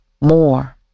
more